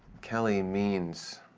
kelly means.